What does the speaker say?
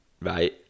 right